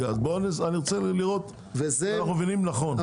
אני רוצה לראות שאנחנו מבינים נכון.